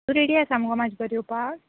तूं रेडी आसा मगो म्हजे बरोबर येवपाक